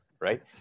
right